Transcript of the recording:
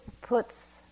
puts